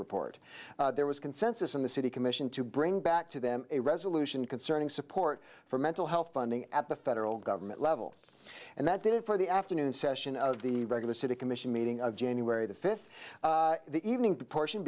report there was consensus in the city commission to bring back to them a resolution concerning support for mental health funding at the federal government level and that did it for the afternoon session of the regular city commission meeting of january the fifth the evening proportion